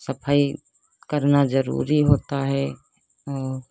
सफई करना ज़रूरी होता है और